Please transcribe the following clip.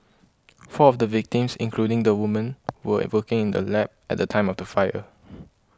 four of the victims including the woman were working in the lab at the time of the fire